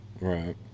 right